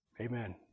Amen